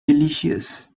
delicious